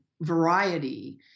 variety